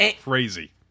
Crazy